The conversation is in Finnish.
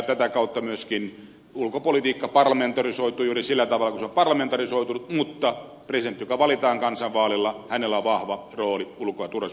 tätä kautta myöskin ulkopolitiikka parlamentarisoituu juuri sillä tavalla kuin se on parlamentarisoitunut mutta presidentillä joka valitaan kansanvaalilla on vahva rooli ulko ja turvallisuuspolitiikassa